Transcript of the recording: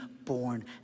born